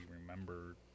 remember